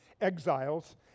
exiles